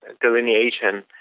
delineation